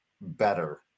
better